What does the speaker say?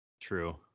True